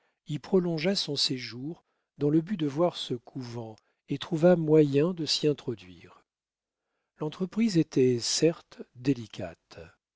y prolongea son séjour dans le but de voir ce couvent et trouva moyen de s'y introduire l'entreprise était certes délicate